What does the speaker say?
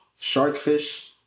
sharkfish